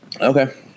Okay